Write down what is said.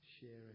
Sharing